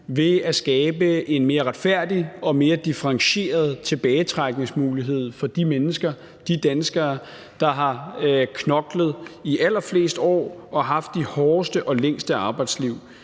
ved at skabe en mere retfærdig og mere differentieret tilbagetrækningsmulighed for de mennesker, de danskere, der har knoklet i allerflest år og haft de hårdeste og længste arbejdsliv.